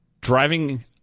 driving